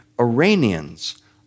Iranians